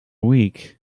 week